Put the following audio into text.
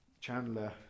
Chandler